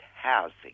housing